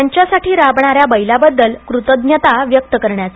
त्याच्यासाठी राबणार्याख बैलाबद्दल कृतज्ञता व्यक्त करण्याचा